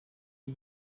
iyo